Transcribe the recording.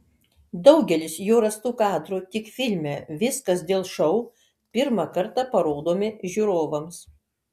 daugelis jo rastų kadrų tik filme viskas dėl šou pirmą kartą parodomi žiūrovams